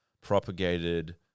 propagated